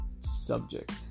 subject